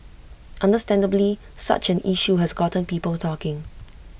understandably such an issue has gotten people talking